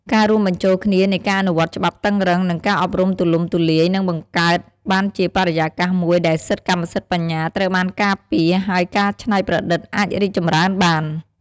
ការរួមបញ្ចូលគ្នានៃការអនុវត្តច្បាប់តឹងរ៉ឹង និងការអប់រំទូលំទូលាយ នឹងបង្កើតបានជាបរិយាកាសមួយដែលសិទ្ធិកម្មសិទ្ធិបញ្ញាត្រូវបានការពារ ហើយការច្នៃប្រឌិតអាចរីកចម្រើនបាន។